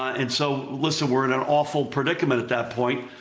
and so, listen, we're in an awful predicament at that point.